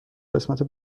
قسمت